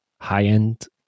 high-end